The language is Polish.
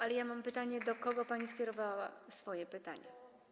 Ale ja mam pytanie: Do kogo pani skierowała swoje pytanie?